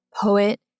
poet